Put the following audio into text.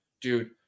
dude